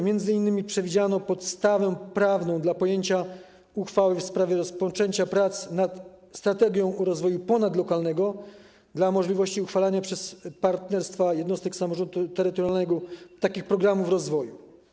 M.in. przewidziano podstawę prawną dla podjęcia uchwały w sprawie rozpoczęcia prac nad strategią rozwoju ponadlokalnego i dla możliwości uchwalania przez partnerstwa jednostek samorządu terytorialnego takich programów rozwoju.